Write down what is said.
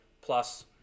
plus